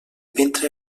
ventre